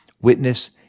Witness